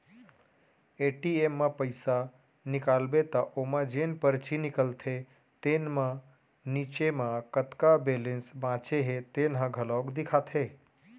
ATM म पइसा निकालबे त ओमा जेन परची निकलथे तेन म नीचे म कतका बेलेंस बाचे हे तेन ह घलोक देखाथे